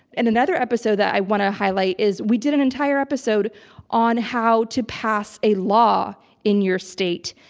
and another episode that i want to highlight is we did an entire episode on how to pass a law in your state.